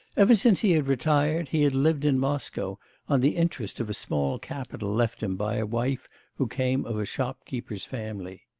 ever since he had retired, he had lived in moscow on the interest of a small capital left him by a wife who came of a shopkeeper's family.